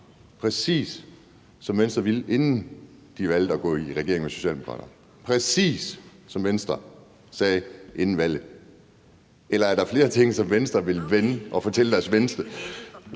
præcis som Venstre ville, inden de valgte at gå i regering med Socialdemokraterne – præcis som Venstre sagde inden valget. Eller er der flere ting, I sagde før, som Venstre vil fortælle deres vælgere